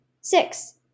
Six